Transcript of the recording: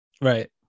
Right